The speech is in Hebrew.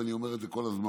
ואני אומר את זה כל הזמן,